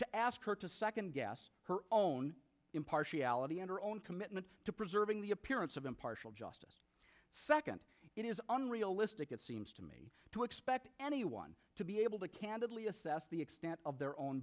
to ask her to second guess her own impartiality and her own commitment to preserving the appearance of impartial justice second it is unrealistic it seems to me to expect anyone to be able to candidly assess the extent of their own